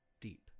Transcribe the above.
deep